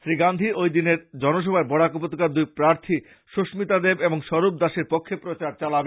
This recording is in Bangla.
শ্রী গান্ধী ওই দিনের জনসভায় বরাক উপত্যকার দুই প্রাথী সুস্মিতা দেব ও স্বরুপ দাসের পক্ষে প্রচার চালাবেন